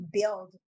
build